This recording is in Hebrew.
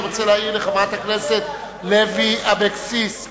אני רוצה להעיר לחברת הכנסת לוי אבקסיס: